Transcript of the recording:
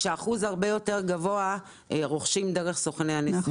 אחוז הרבה יותר גבוה רוכשים דרך סוכני הנסיעות.